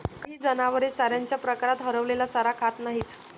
काही जनावरे चाऱ्याच्या प्रकारात हरवलेला चारा खात नाहीत